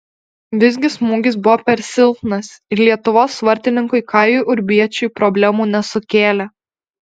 visgi smūgis buvo per silpnas ir lietuvos vartininkui kajui urbiečiui problemų nesukėlė